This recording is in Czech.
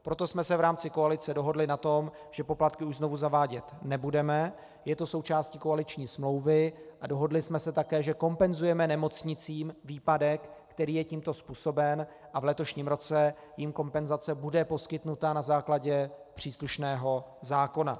Proto jsme se v rámci koalice dohodli na tom, že poplatky už znovu zavádět nebudeme, je to součástí koaliční smlouvy, a dohodli jsme se také, že kompenzujeme nemocnicím výpadek, který je tímto způsoben, a v letošním roce jim kompenzace bude poskytnuta na základě příslušného zákona.